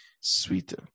sweeter